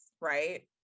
right